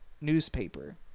newspaper